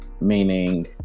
meaning